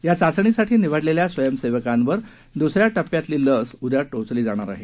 या चाचणीसाठी निवडलेल्या स्वयंसेवकांवर दुस या टप्प्यातली लस उद्या टोचली जाईल